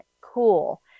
cool